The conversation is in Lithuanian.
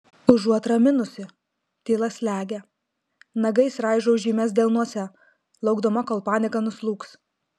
užuot raminusi tyla slegia nagais raižau žymes delnuose laukdama kol panika nuslūgs